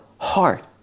heart